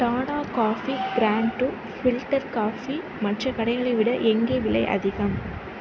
Tata coffee grand filter coffee மற்ற கடைகளை விட எங்கே விலை அதிகம்